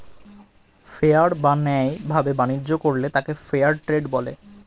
fair বা ন্যায় ভাবে বাণিজ্য করলে তাকে ফেয়ার ট্রেড বলে